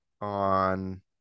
on